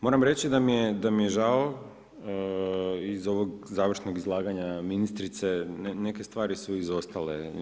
Moram reći da mi je žao iz ovog završnog izlaganja ministrice, neke stvari su izostale.